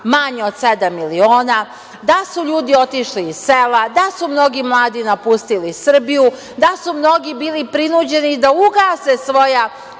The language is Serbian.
manje od sedam miliona, da su ljudi otišli iz sela, da su mnogi mladi napustili Srbiju, da su mnogi bili prinuđeni da ugase svoja